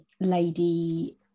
Lady